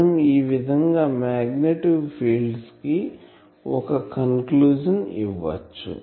మనం ఈ విధంగా మగనెటిక్ ఫీల్డ్స్ కు ఒక కంక్లూజన్ ఇవ్వచ్చు